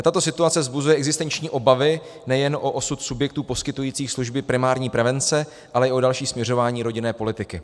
Tato situace vzbuzuje existenční obavy nejen o osud subjektů poskytujících služby primární prevence, ale i o další směřování rodinné politiky.